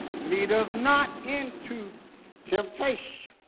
lead us. not into temptation